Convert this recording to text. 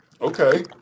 okay